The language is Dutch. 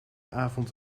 avond